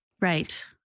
Right